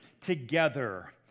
together